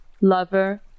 lover